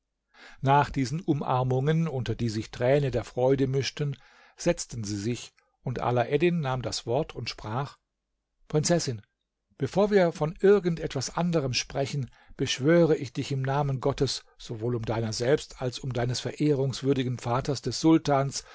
nach diesen umarmungen unter die sich tränen der freude mischten setzten sie sich und alaeddin nahm das wort und sprach prinzessin bevor wir von irgend etwas anderem sprechen beschwöre ich dich im namen gottes sowohl um deiner selbst als um deines verehrungswürdigen vaters des sultans